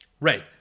Right